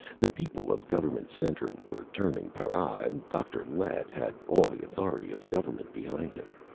the people of government center were turning para and dr. lett had all the authority of the government behind him.